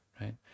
right